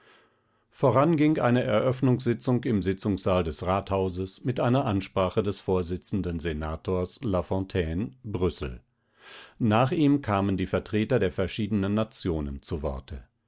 voran ging eine eröffnungssitzung im sitzungssaal des rathauses mit einer ansprache des vorsitzenden senators la fontaine brüssel nach ihm kamen die vertreter der verschiedenen nationen zu worte